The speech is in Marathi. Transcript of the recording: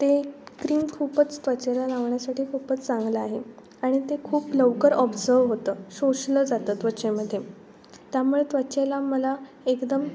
ते क्रीम खूपच त्वचेला लावण्यासाठी खूपच चांगलं आहे आणि ते खूप लवकर ऑब्झव्ह होतं शोषलं जातं त्वचेमध्ये त्यामुळे त्वचेला मला एकदम